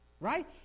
Right